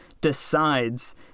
decides